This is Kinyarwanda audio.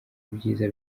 ibyiza